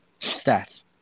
Stats